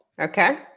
Okay